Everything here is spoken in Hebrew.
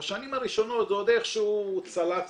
בשנים הראשונות זה עוד איכשהו צלע.